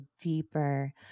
deeper